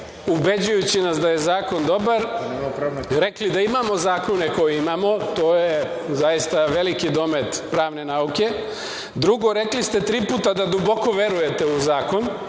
ubeđujući nas da je zakon dobar, rekli da imamo zakone koje imamo, to je zaista veliki domet pravne nauke. Drugo, rekli ste tri puta da duboko verujete u zakon